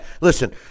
Listen